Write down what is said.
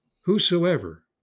whosoever